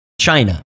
China